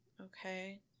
okay